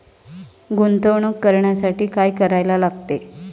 गुंतवणूक करण्यासाठी काय करायला लागते?